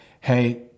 Hey